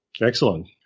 Excellent